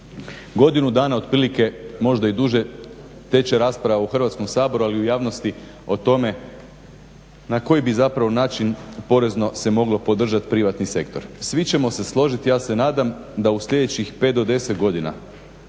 Godinu dana otprilike, možda i duže, teče rasprava u Hrvatskom saboru ali i u javnosti o tome na koji bi zapravo način porezno se moglo podržati privatni sektor. Svi ćemo se složiti, ja se nadam, da u sljedećih 5 do 10 godina